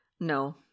No